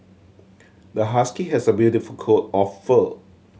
the husky has a beautiful coat of fur